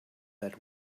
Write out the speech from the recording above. that